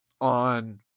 on